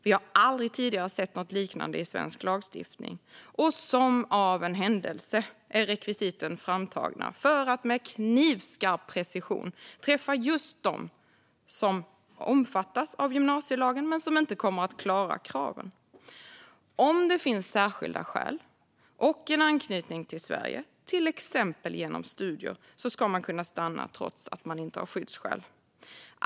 Vi har aldrig tidigare sett något liknande i svensk lagstiftning, och som av en händelse är rekvisiten framtagna för att med knivskarp precision träffa just dem som omfattas av gymnasielagen men som inte kommer att klara kraven. Om det finns särskilda skäl och en anknytning till Sverige, till exempel genom studier, ska man kunna stanna trots att man inte har skyddsskäl.